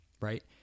right